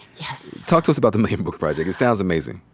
yes! talk to us about the million book project. it sounds amazing.